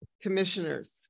Commissioners